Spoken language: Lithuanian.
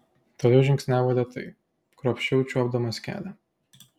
toliau žingsniavo lėtai kruopščiau čiuopdamas kelią